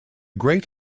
great